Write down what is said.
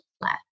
left